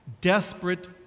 desperate